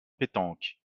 pétanque